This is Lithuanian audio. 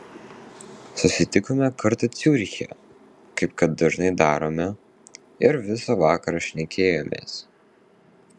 susitikome kartą ciuriche kaip kad dažnai darome ir visą vakarą šnekėjomės